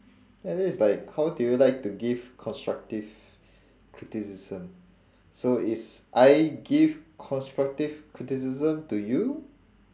ya this is like how do you like to give constructive criticism so is I give constructive criticism to you